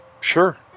Sure